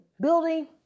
building